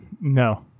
No